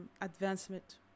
advancement